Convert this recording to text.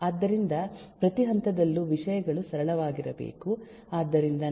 ಆದ್ದರಿಂದ ಪ್ರತಿ ಹಂತದಲ್ಲೂ ವಿಷಯಗಳು ಸರಳವಾಗಿರಬೇಕು